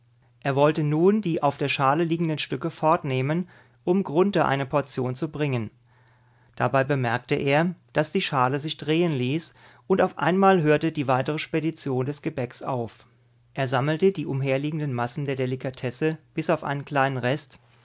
er wollte nun die auf der schale liegenden stücke fortnehmen um grunthe eine portion zu bringen dabei merkte er daß die schale sich drehen ließ und auf einmal hörte die weitere spedition des gebäcks auf er sammelte die umherliegenden massen der delikatesse bis auf einen kleinen rest